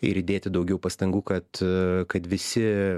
ir įdėti daugiau pastangų kad kad visi